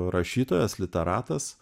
rašytojas literatas